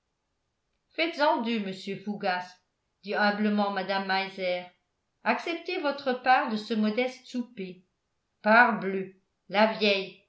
faites-en deux monsieur fougas dit humblement mme meiser acceptez votre part de ce modeste souper parbleu la vieille